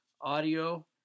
audio